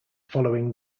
following